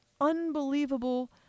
unbelievable